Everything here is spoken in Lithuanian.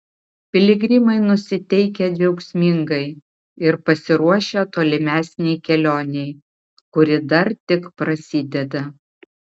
piligrimai nusiteikę džiaugsmingai ir pasiruošę tolimesnei kelionei kuri dar tik prasideda